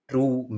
True